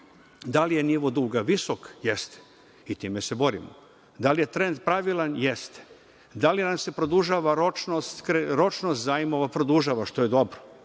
Da li je nivo duga visok? Jeste. I time se borimo. Da li je trend pravilan? Jeste. Da li nam se produžava ročnost zajmova? Produžava, što je dobro.